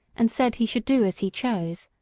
and said he should do as he chose,